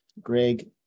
Greg